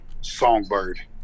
songbird